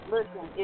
Listen